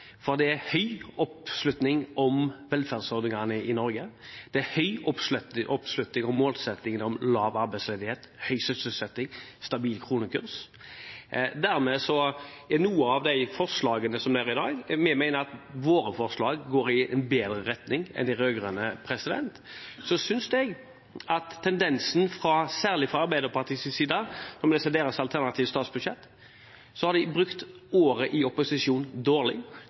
for det er høy oppslutning om velferdsordningene i Norge. Det er høy oppslutning om målsettingene om lav arbeidsledighet, høy sysselsetting og stabil kronekurs, men vi mener at våre forslag går i en bedre retning enn de rød-grønnes. Så synes jeg tendensen er, særlig fra Arbeiderpartiets side, når vi leser deres alternative statsbudsjett, at de har brukt året i opposisjon dårlig.